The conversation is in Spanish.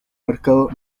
mercado